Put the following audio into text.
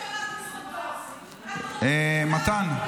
--- מתן,